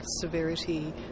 severity